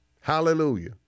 Hallelujah